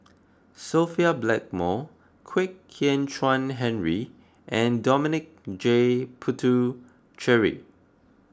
Sophia Blackmore Kwek Hian Chuan Henry and Dominic J Puthucheary